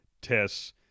tests